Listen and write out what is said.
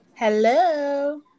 Hello